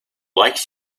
likes